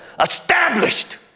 Established